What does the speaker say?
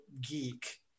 geek